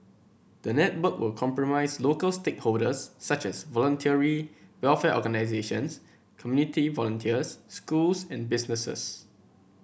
the network will comprise local stakeholders such as Voluntary Welfare Organisations community volunteers schools and businesses